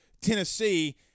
Tennessee